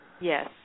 Yes